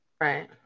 right